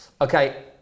Okay